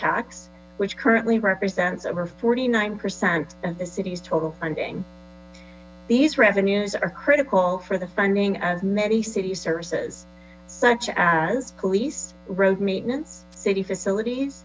tax which currently represents over forty nine percent of the city's total funding these revenues are critical for the funding of many city services such as police road maintenance safety facilities